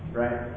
right